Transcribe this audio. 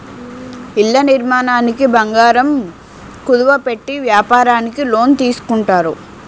ఇళ్ల నిర్మాణానికి బంగారం కుదువ పెట్టి వ్యాపారానికి లోన్ తీసుకుంటారు